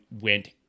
went